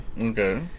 Okay